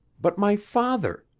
but my father!